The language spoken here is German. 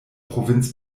provinz